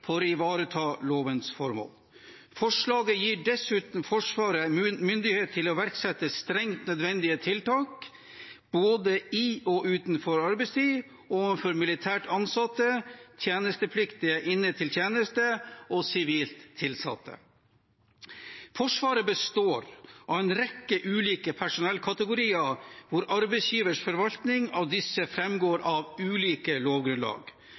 for å ivareta lovens formål. Forslaget gir dessuten Forsvaret myndighet til å iverksette strengt nødvendige tiltak, både i og utenfor arbeidstid, overfor militært ansatte, tjenestepliktige inne til tjeneste og sivilt tilsatte. Forsvaret består av en rekke ulike personellkategorier, og arbeidsgiverens forvaltning av disse framgår av ulike lovgrunnlag.